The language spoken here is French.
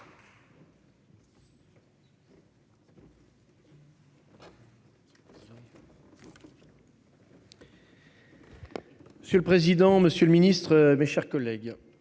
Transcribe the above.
Monsieur le président, monsieur le ministre, mes chers collègues,